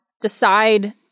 decide